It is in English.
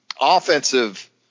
offensive